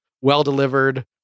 well-delivered